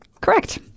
Correct